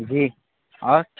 جی اور